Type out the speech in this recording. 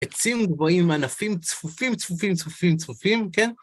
עצים גבוהים, ענפים צפופים, צפופים, צפופים, צפופים, כן?